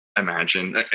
Imagine